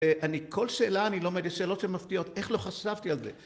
אני כל שאלה אני לומד, יש שאלות שמפתיעות, איך לא חשבתי על זה